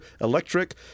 Electric